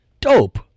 Dope